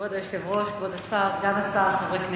כבוד היושב-ראש, כבוד השר, סגן השר, חברי הכנסת,